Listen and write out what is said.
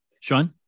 Sean